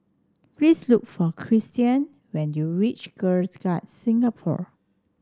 please look for Kristian when you reach Girl Guides Singapore